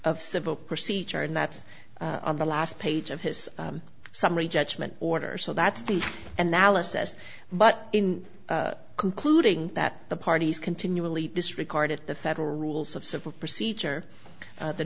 of civil procedure and that's on the last page of his summary judgment order so that's the analysis but in concluding that the parties continually disregarded the federal rules of civil procedure